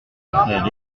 frère